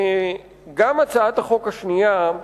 גם הצעת החוק השנייה,